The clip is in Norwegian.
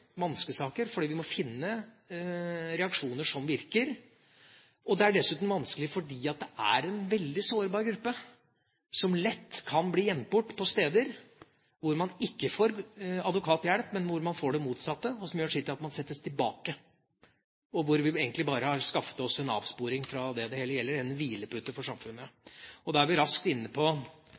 saker, fordi vi må finne reaksjoner som virker. Det er dessuten vanskelig fordi det er en veldig sårbar gruppe, som lett kan bli gjemt bort på steder hvor man ikke får advokathjelp, men hvor man får det motsatte, og som gjør sitt til at man settes tilbake, og vi egentlig bare har skaffet oss en avsporing fra det som det hele gjelder – en hvilepute for samfunnet. Da er vi raskt inne på